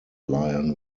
lion